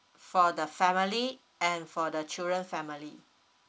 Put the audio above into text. for the family and for the children family